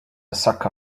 sucker